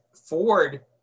Ford